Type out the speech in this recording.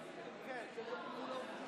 כשר עברה.